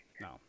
no